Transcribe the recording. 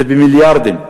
זה במיליארדים.